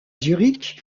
zurich